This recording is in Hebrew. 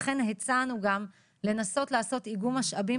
לכן הצענו גם לנסות לעשות איגום משאבים